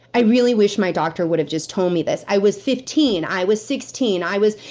i really wish my doctor would've just told me this. i was fifteen. i was sixteen. i was.